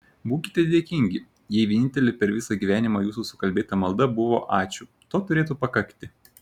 būkite dėkingi jei vienintelė per visą gyvenimą jūsų sukalbėta malda buvo ačiū to turėtų pakakti